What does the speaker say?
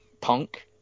Punk